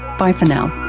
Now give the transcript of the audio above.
bye for now